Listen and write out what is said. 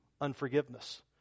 unforgiveness